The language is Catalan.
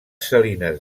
salines